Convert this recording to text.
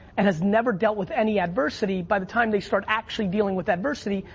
it has never dealt with any adversity. by the time they start actually dealing with adversity,